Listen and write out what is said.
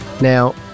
Now